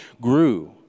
grew